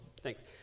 Thanks